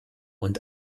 und